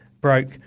broke